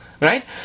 right